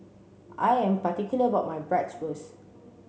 I am particular about my Bratwurst